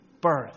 birth